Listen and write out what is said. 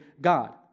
God